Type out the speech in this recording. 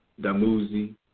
Damuzi